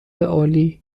عالی